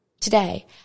today